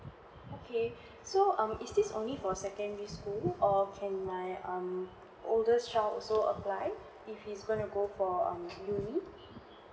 okay so um is this only for secondary school or can I um oldest child also apply if he's gonna go for um